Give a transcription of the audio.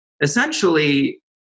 Essentially